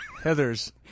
Heathers